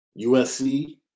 USC